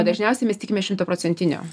dažniausiai mes tikimės šimtaprocentinio